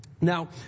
Now